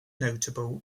notable